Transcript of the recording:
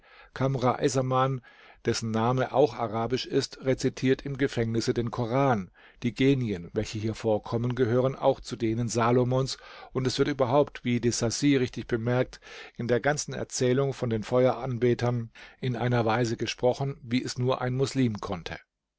dessen name auch arabisch ist rezitiert im gefängnisse den koran die genien welche hier vorkommen gehören auch zu denen salomons und es wird überhaupt wie de sacy richtig bemerkt in der ganzen erzählung von den feueranbetern in einer weise gesprochen wie es nur ein moslim konnte